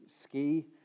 ski